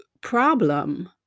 problem